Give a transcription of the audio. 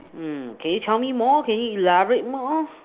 hmm can you tell me more can you elaborate more